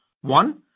One